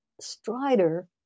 Strider